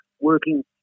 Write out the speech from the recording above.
working